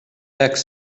hekk